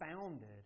founded